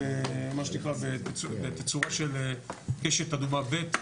היינו במה שנקרא בתצורה של קשת אדומה ב'